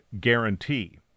Guarantee